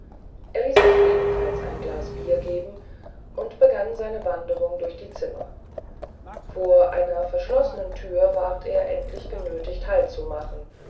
er ließ sich ebenfalls ein glas bier geben und begann seine wanderung durch die zimmer vor einer verschloßnen tür ward er endlich genötigt